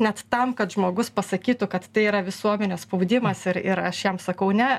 net tam kad žmogus pasakytų kad tai yra visuomenės spaudimas ir ir aš jam sakau ne